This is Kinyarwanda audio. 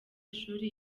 ishuri